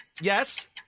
Yes